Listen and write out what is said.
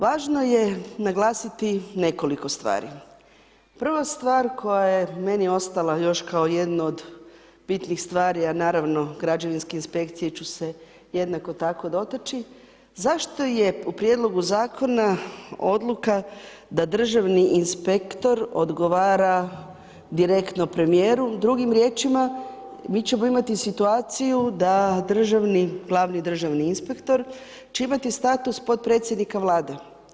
Važno je naglasiti nekoliko stvari, prva stvar koja je meni ostala još kao jedno od bitnih stvari a naravno građevinske inspekcije ću se jednako tako dotaći, zašto je u prijedlogu zakona odluka da državni inspektor odgovara direktno premijeru, drugim riječima, mi ćemo imati situaciju da glavni državni inspektor će imati status potpredsjednika Vlade.